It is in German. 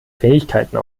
fähigkeiten